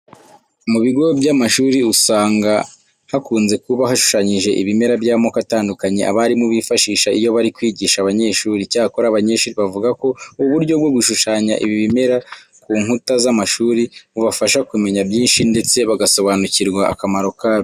Mu bigo by'amashuri usanga hakunze kuba hashushanyije ibimera by'amoko atandukanye abarimu bifashisha iyo bari kwigisha abanyeshuri. Icyakora abanyeshuri bavuga ko ubu buryo bwo gushushanya ibi bimera ku nkuta z'amashuri bubafasha kumenya byinshi ndetse bagasobanukirwa akamaro kabyo.